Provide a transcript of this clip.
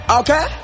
okay